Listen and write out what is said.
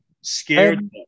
scared